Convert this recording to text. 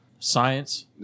Science